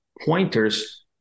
pointers